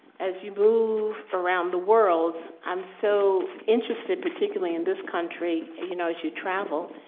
as you move around the world, i'm so interested, particularly in this country, ah you know, as you travel,